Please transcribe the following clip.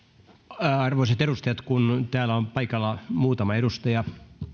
arvoisat edustajat kun täällä on paikalla muutama edustaja